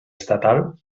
estatal